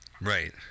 right